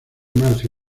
marzo